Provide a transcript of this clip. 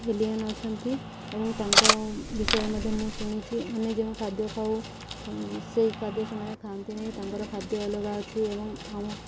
alien ଅଛନ୍ତି ଏବଂ ତାଙ୍କ ବିଷୟରେ ମଧ୍ୟ ମୁଁ ଶୁଣିଛି ଆମେ ଯେଉଁ ଖାଦ୍ୟ ଖାଉ ସେହି ଖାଦ୍ୟ ସେମାନେ ଖାଆନ୍ତି ନାହିଁ ତାଙ୍କର ଖାଦ୍ୟ ଅଲଗା ଅଛି ଏବଂ ଆମ